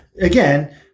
again